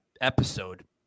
episode